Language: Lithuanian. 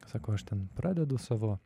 sako aš ten pradedu savo